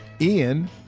ian